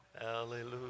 Hallelujah